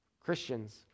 Christians